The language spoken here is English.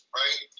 right